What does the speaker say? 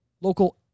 local